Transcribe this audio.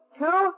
two